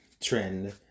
trend